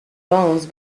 bones